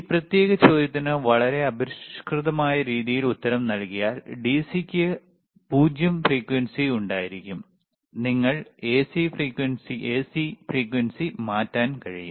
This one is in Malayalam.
ഈ പ്രത്യേക ചോദ്യത്തിന് വളരെ അപരിഷ്കൃതമായ രീതിയിൽ ഉത്തരം നൽകിയാൽ ഡിസിക്ക് 0 ഫ്രീക്വൻസി ഉണ്ടായിരിക്കും നിങ്ങൾക്ക് എസി ഫ്രീക്വൻസി മാറ്റാൻ കഴിയും